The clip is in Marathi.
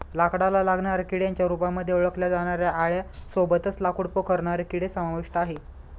लाकडाला लागणाऱ्या किड्यांच्या रूपामध्ये ओळखल्या जाणाऱ्या आळ्यां सोबतच लाकूड पोखरणारे किडे समाविष्ट आहे